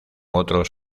otros